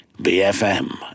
BFM